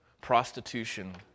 prostitution